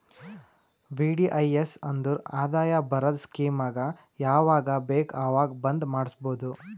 VDIS ಅಂದುರ್ ಆದಾಯ ಬರದ್ ಸ್ಕೀಮಗ ಯಾವಾಗ ಬೇಕ ಅವಾಗ್ ಬಂದ್ ಮಾಡುಸ್ಬೋದು